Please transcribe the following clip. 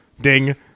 Ding